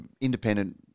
independent